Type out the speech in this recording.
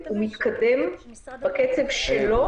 הוא מתקדם בקצב שלו,